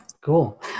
Cool